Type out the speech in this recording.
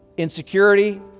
Insecurity